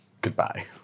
Goodbye